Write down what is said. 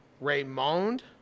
Raymond